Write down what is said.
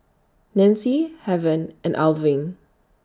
Nancy Heaven and Irving